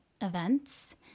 events